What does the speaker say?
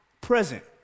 present